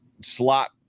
slot